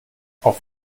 auf